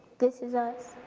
this is us.